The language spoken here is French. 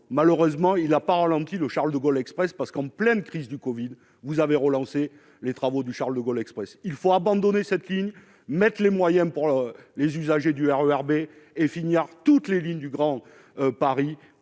malheureusement il a pas Roland Petit, le Charles-de-Gaulle Express parce qu'en pleine crise du Covid vous avez relancé les travaux du Charles-de-Gaulle Express il faut abandonner cette ligne mettent les moyens pour les usagers du RER B et finir toutes les lignes du Grand Paris,